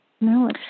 No